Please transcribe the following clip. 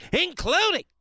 including